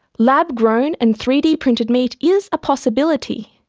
lab-grown and three d printed meat is a possibility,